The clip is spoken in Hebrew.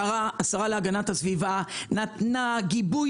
השרה להגנת הסביבה נתנה גיבוי